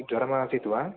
ज्वरमासीत् वा